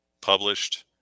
published